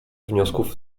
wniosków